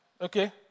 Okay